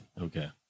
Okay